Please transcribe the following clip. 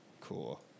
Cool